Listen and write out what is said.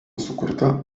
sukurta